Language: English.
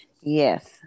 Yes